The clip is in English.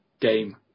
Game